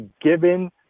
given